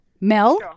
Mel